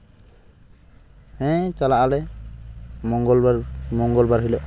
ᱦᱮᱸ ᱪᱟᱞᱟᱜᱼᱟᱞᱮ ᱢᱚᱝᱜᱚᱞ ᱵᱟᱨ ᱢᱚᱝᱜᱚᱞ ᱵᱟᱨ ᱦᱤᱞᱳᱜ